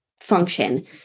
function